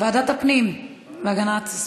ועדת הפנים והגנת הסביבה.